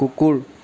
কুকুৰ